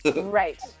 Right